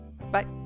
Bye